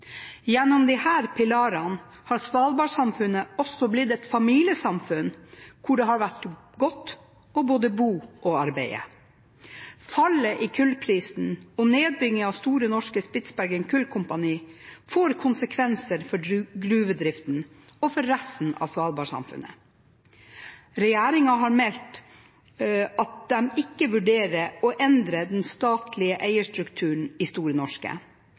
Gjennom disse pilarene har svalbardsamfunnet også blitt et familiesamfunn hvor det har vært godt både å bo og å arbeide. Fallet i kullprisen og nedbygging av Store Norske Spitsbergen Kulkompani får konsekvenser for gruvedriften og for resten av svalbardsamfunnet. Regjeringen har meldt at de ikke vurderer å endre den statlige eierstrukturen i Store Norske.